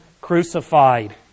crucified